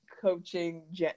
coaching